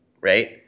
Right